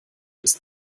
ist